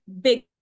big